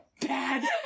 bad